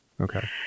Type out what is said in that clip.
Okay